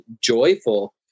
joyful